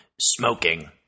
smoking